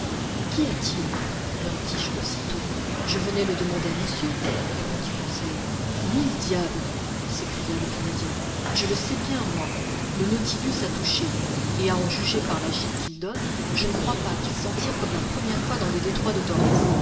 qu'y a-t-il leur dis-je aussitôt je venais le demander à monsieur répondit conseil mille diables s'écria le canadien je le sais bien moi le nautilusa touché et à en juger par la gîte qu'il donne je ne crois pas qu'il s'en tire comme la première fois dans le détroit de torrès